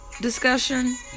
discussion